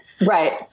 right